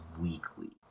weekly